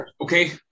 Okay